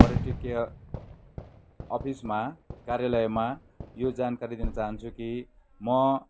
पर्यटकीय अफिसमा कार्यालयमा यो जानकारी दिनु चाहन्छु कि म